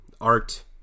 art